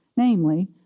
namely